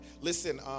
Listen